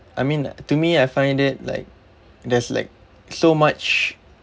I mean to me I find it like there's like so much